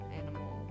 animal